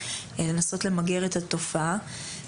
לנסות למגר את התופעה,